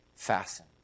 Fasten